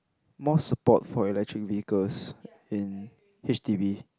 more support for electric vehicles in H_D_B